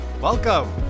Welcome